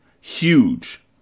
Huge